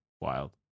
wild